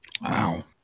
Wow